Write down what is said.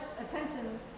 attention